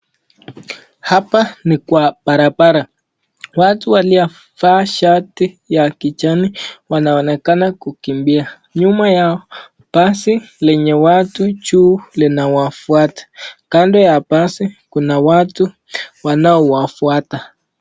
Hapa ni kwa barabara watu wanavaa shati ya kijani wanaonekana kukimbia nyuma yao basi lenye watu juu linawafuata kando ya basi kuna watu wanawafuata.